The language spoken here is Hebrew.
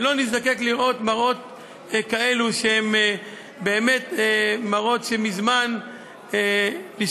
ולא נזדקק לראות מראות כאלה שהם באמת מראות שמזמן נשכחו,